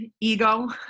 ego